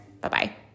Bye-bye